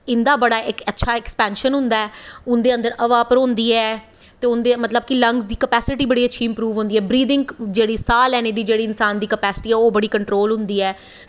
इंदा इक्क बड़ा एक्सपेैंशन होंदा ऐ उंदे अंदर हवा भरोंदी ऐ ते उंदे मतलब लंग्स दी कपैस्टी बड़ी इम्प्रूव होंदी ऐ ब्रीथिंग साह् लैने दी जेह्ड़ी कैपेस्टी ऐ ओह् बड़ी कंट्रोल होंदी ऐ